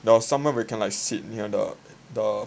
there was somewhere we can sit near the the